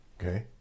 Okay